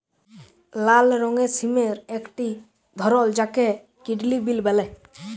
লাল রঙের সিমের একটি ধরল যাকে কিডলি বিল বল্যে